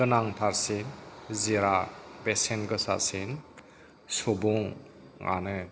गोनां थारसिन जिराद बेसेन गोसासिन सुबुंआनो